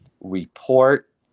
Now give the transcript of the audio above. report